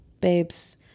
babes